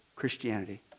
Christianity